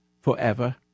forever